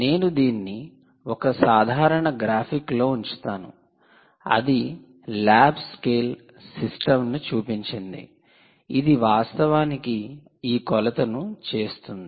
నేను దీన్ని ఒక సాధారణ గ్రాఫిక్లో ఉంచుతాను అది ల్యాబ్ స్కేల్ సిస్టమ్ ను చూపించింది ఇది వాస్తవానికి ఈ కొలతను చేస్తుంది